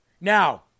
Now